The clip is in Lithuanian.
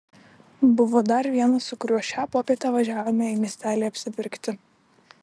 buvo dar vienas su kuriuo šią popietę važiavome į miestelį apsipirkti